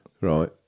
Right